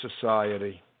society